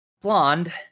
blonde